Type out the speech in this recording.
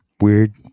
weird